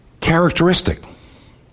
characteristic